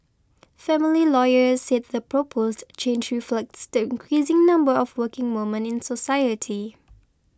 family lawyers said the proposed change reflects the increasing number of working woman in society